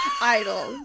idols